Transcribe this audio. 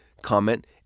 comment